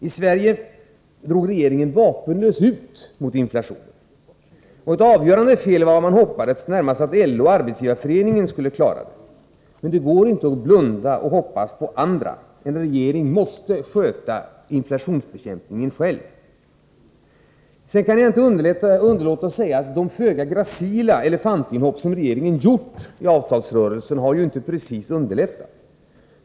I Sverige drog regeringen vapenlös ut mot inflationen. Ett avgörande fel var att man närmast hoppades att LO och Arbetsgivareföreningen skulle klara detta. Men det går inte att blunda och hoppas på andra. En regering måste sköta inflationsbekämpningen själv. Sedan kan jag inte underlåta att säga att de föga gracila elefantinhopp som regeringen gjort i avtalsrörelsen har ju inte precis underlättat.